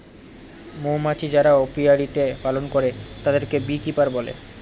মৌমাছি যারা অপিয়ারীতে পালন করে তাদেরকে বী কিপার বলে